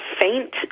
faint